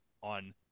On